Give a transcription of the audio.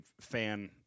fan